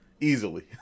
Easily